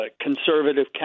conservative